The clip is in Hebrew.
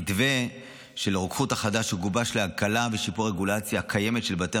המתווה החדש של הרוקחות גובש להקלה ושיפור הרגולציה הקיימת של בתי